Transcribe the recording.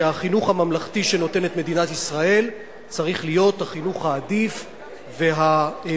שהחינוך הממלכתי שמדינת ישראל נותנת צריך להיות החינוך העדיף והמוביל.